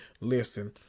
listen